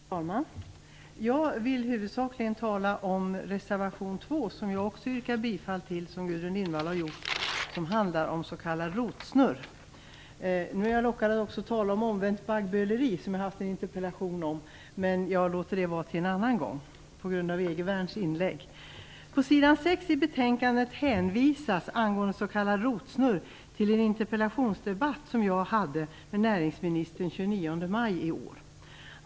Fru talman! Jag vill huvudsakligen tala om reservation 2. Gudrun Lindvall har tidigare yrkat bifall till den, och det vill jag också göra här. Reservationen handlar om s.k. rotsnurr. Nu är jag lockad att också tala om omvänt baggböleri som jag har haft en interpellation om, men jag låter det anstå till en annan gång. Detta sagt med anledning av Erik På s. 6 i betänkandet hänvisas angående s.k. rotsnurr till en interpellationsdebatt som jag hade med näringsministern den 29 maj i år.